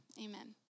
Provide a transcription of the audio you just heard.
amen